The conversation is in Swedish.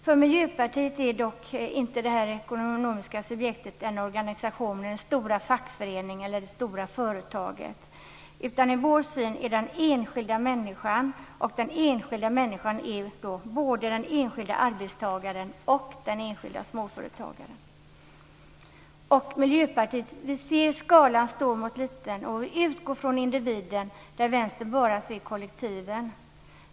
För Miljöpartiet är dock inte det ekonomiska subjektet en organisation, den stora fackföreningen eller det stora företaget. Enligt vår syn är det den enskilda människan. Den enskilda människan är både den enskilda arbetstagaren och den enskilda småföretagaren. Miljöpartiet ser skalan stor mot liten, och vi utgår från individen där Vänstern bara ser kollektiven.